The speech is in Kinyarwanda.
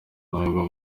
nubwo